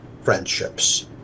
friendships